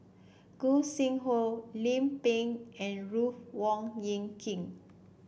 Gog Sing Hooi Lim Pin and Ruth Wong Hie King